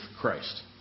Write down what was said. Christ